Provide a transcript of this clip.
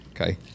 okay